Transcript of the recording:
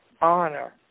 honor